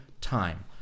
time